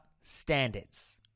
standards